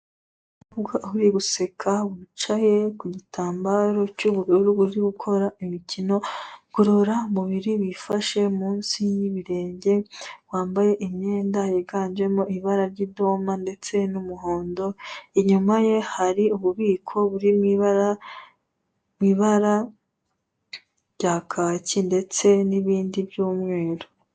Uri guseka wicaye ku gitambaro cy'ubururu uri gukora imikino ngororamubiri, wifashe munsi y'ibirenge wambaye imyenda yiganjemo ibara ry'idoma ndetse n'umuhondo. Inyuma ye hari ububiko buri mu ibara mu ibara rya kacye ndetse n'irindi ry'umweru.